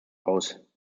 aus